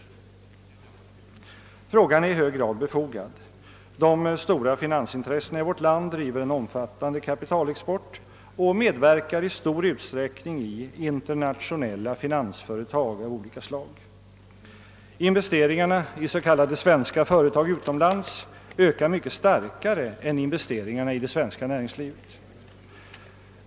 Frågan är i hög grad befogad. De stora finansintressena i vårt land driver en omfattande kapitalexport och medverkar i stor utsträckning i internationella finansföretag av olika slag. Investeringarna i s.k. svenska företag utomlands ökar mycket starkare än investeringarna i det svenska näringslivet.